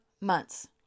months